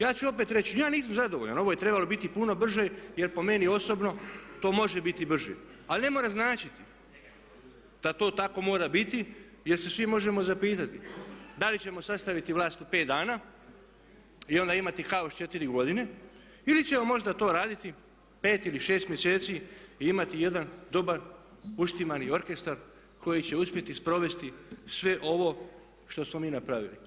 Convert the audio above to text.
Ja ću opet reći ja nisam zadovoljan, ovo je trebalo biti puno brže jer po meni osobno to može biti brže ali ne mora značiti da to tako mora biti jer se svi možemo zapitati da li ćemo sastaviti vlast u pet dana i onda imati kaos četiri godine ili ćemo možda to raditi pet ili šest mjeseci i imati jedan dobar uštimani orkestar koji će uspjeti sprovesti sve ovo što smo mi napravili.